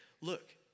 look